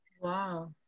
Wow